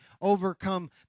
overcome